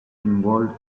involved